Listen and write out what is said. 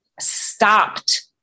stopped